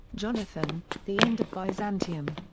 jonathan, the end of byzantium.